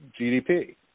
GDP